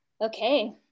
Okay